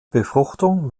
befruchtung